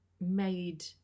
made